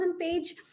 page